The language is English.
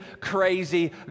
crazy